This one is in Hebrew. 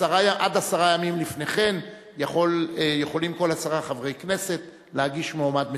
עד עשרה ימים לפני כן יכולים כל עשרה חברי כנסת להגיש מועמד מטעמם,